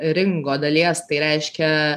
ringo dalies tai reiškia